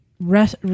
rest